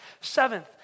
Seventh